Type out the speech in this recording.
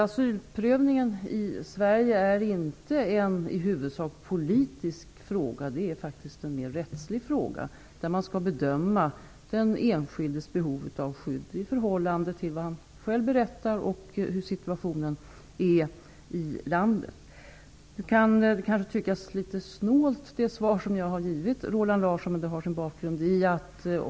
Asylprövningen i Sverige är inte en i huvudsak politisk fråga. Det är mera en rättslig fråga, där man skall bedöma den enskildes behov av skydd i förhållande till vad han själv berättar och till situationen i landet. Det svar som jag har gett Roland Larsson kan kanske tyckas litet snålt. Det har sin bakgrund i följande.